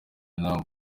namwe